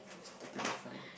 it's totally fine